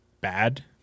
bad